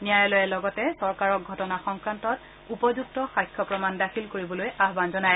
ন্যায়ালয়ে লগতে চৰকাৰক ঘটনা সংক্ৰান্তত উপযুক্ত সাক্ষ্য প্ৰমাণ দাখিল কৰিবলৈও আহান জনায়